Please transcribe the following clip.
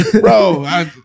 bro